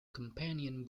companion